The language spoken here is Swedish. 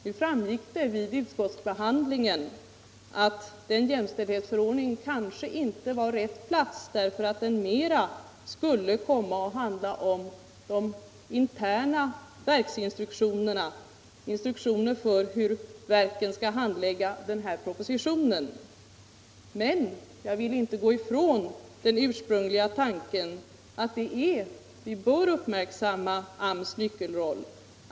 Nu framgick det vid utskottsbehandlingen att det kanske inte var lämpligt att framhålla detta i jämställdhetsförordningen, eftersom den skulle handla om de interna verksinstruktionerna, dvs. hur verken skall handlägga den här propositionen. Men jag vill inte gå ifrån den ursprungliga tanken att vi bör uppmärksamma AMS nyckelroll.